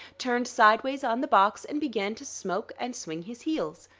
turned sidewise on the box, and began to smoke and swing his heels,